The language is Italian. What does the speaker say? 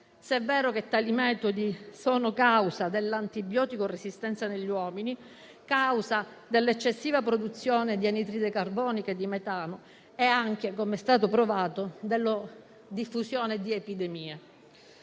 se è vero che tali metodi sono causa dell'antibiotico-resistenza negli uomini, dell'eccessiva produzione di anidride carbonica e di metano e anche, com'è stato provato, della diffusione di epidemie.